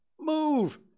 move